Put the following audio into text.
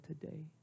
today